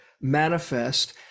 manifest